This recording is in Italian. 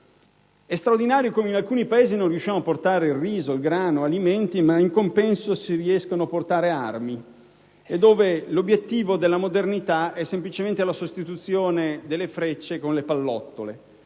È straordinario come in alcuni Paesi non si riesca a portare riso, grano, alimenti ma, in compenso, si riescano ad introdurre armi; qui l'obiettivo della modernità è semplicemente la sostituzione delle frecce con le pallottole.